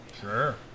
Sure